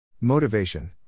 Motivation